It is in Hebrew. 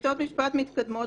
שיטות משפט מתקדמות,